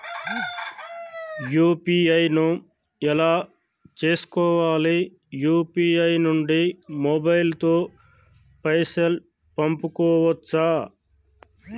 UPI ను ఎలా చేస్కోవాలి యూ.పీ.ఐ నుండి మొబైల్ తో పైసల్ పంపుకోవచ్చా?